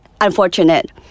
unfortunate